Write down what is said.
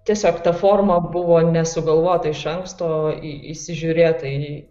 tiesiog ta forma buvo nesugalvota iš anksto į įsižiūrėta į